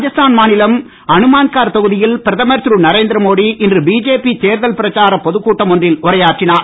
ராஜஸ்தான் மாநிலம் அனுமான்கார் தொகுதியில் பிரதமர் திரு நரேந்திரமோடி இன்று பிஜேபி தேர்தல் பிரச்சாரப் பொதுக் கூட்டம் ஒன்றில் உரையாற்றினார்